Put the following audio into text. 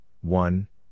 one